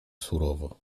surowo